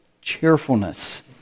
cheerfulness